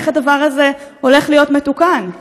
איך הדבר הזה הולך להיות מתוקן?